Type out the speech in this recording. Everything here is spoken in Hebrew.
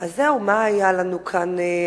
זהו, מה היה לנו כאן?